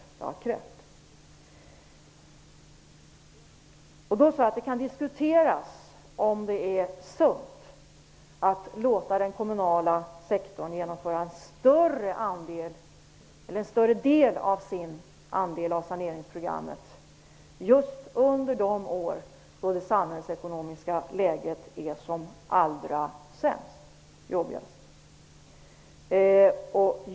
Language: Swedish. Jag sade att det kan diskuteras om det är sunt att låta den kommunala sektorn genomföra en större del av sin andel av saneringsprogrammet just under de år då det samhällsekonomiska läget är allra sämst.